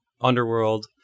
Underworld